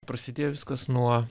prasidėjo viskas nuo